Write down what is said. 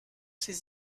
ses